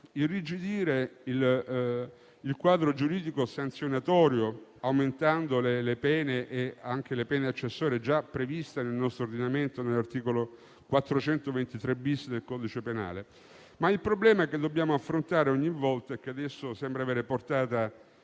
irrigidire il quadro giuridico e sanzionatorio, aumentando le pene, comprese quelle accessorie, già previste nel nostro ordinamento all'articolo 423-*bis* del codice penale. Il problema che dobbiamo però affrontare ogni volta e che adesso sembra avere portata